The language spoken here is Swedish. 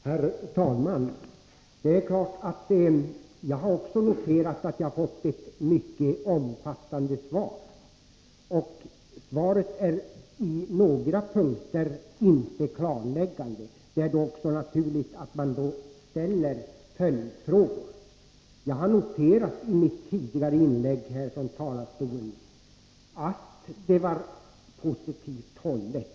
Herr talman! Det är klart att jag noterat att jag fått ett mycket omfattande svar. Men svaret är på några punkter inte klarläggande. Det är naturligt att jag då ställer följdfrågor. Jag har i mitt tidigare inlägg framhållit att svaret är hållet i en positiv ton.